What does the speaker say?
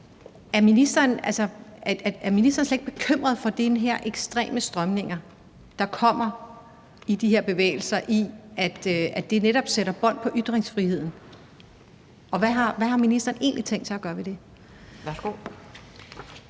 Er ministeren slet ikke bekymret for de her ekstreme strømninger, der kommer i de her bevægelser, i og med at det netop lægger bånd på ytringsfriheden? Hvad har ministeren egentlig tænk sig at gøre ved det?